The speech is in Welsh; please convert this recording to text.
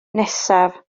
nesaf